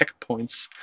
checkpoints